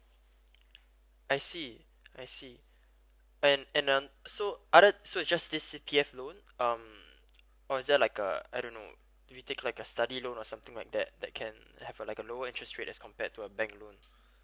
I see I see and and uh so other so is just this C_P_F loan um or is there like a I don't know we take like a study loan or something like that that can have a like a lower interest rate as compared to a bank loan